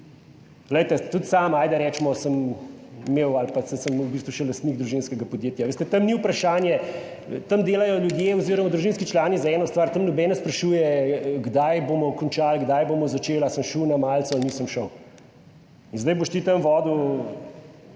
recimo, sem imel ali pa sem, sem v bistvu še lastnik družinskega podjetja. Veste, tam ni vprašanje, tam delajo ljudje oziroma družinski člani za eno stvar. Tam noben ne sprašuje kdaj bomo končali, kdaj bomo začeli, ali sem šel na malico ali nisem šel. In zdaj boš ti tam vodil